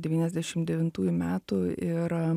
devyniasdešim devintųjų metų ir